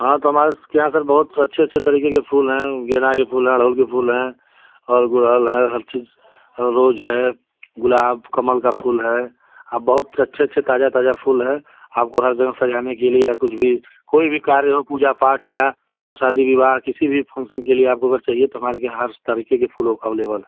हाँ तो हमारे इसके यहाँ सर बहुत अच्छे अच्छे तरीक़े के फूल हैं गेंदे के फूल हैं अड़हुल के फूल हैं और गुड़हल है हर चीज़ हर रोज है गुलाब कमल का फूल है बहुत से अच्छे अच्छे ताज़े ताज़े फूल हैं आपको हर जगह सजाने के लिए या कुछ भी कोई भी कार्य हो पूजा पाठ या शादी विवाह किसी भी फंक्शन के लिए आपको अगर चाहिए तो हमारे के यहाँ हर तरीक़े के फूल अवेलेबल है